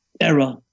era